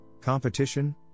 competition